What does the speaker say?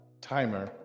timer